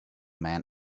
man